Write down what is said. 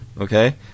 Okay